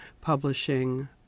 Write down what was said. publishing